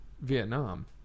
Vietnam